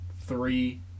three